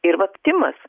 ir vat timas